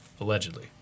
allegedly